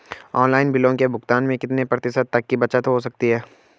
Online बिलों के भुगतान में कितने प्रतिशत तक की बचत हो सकती है?